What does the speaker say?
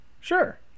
Sure